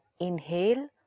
inhale